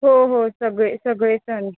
हो हो सगळे सगळे सण